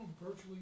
virtually